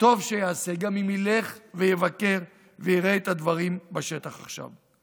טוב שיעשה גם אם ילך ויבקר ויראה את הדברים בשטח עכשיו.